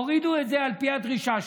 הורידו את זה על פי הדרישה שלכם.